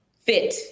fit